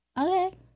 Okay